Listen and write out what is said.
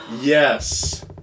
Yes